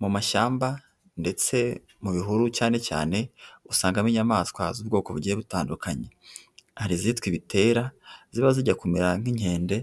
Mu mashyamba ndetse mu bihuru cyane cyane, usangamo inyamaswa z'ubwoko bugiye butandukanye. Hari izitwa ibitera, ziba zijya kumera nk'inkende,